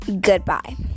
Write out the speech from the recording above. Goodbye